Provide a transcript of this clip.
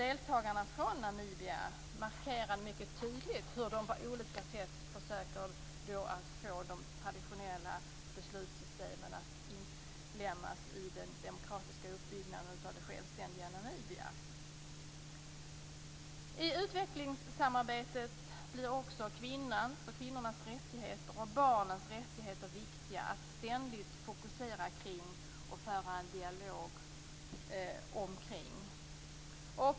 Deltagarna från Namibia markerade mycket tydligt hur de på olika sätt försöker få de traditionella beslutssystemen att inlemmas i den demokratiska uppbyggnaden av det självständiga Namibia. I utvecklingssamarbetet blir det också viktigt att ständigt fokusera och föra en dialog kring kvinnornas och barnens rättigheter.